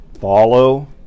follow